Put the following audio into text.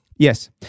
Yes